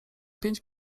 pięć